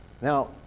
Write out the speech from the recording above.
Now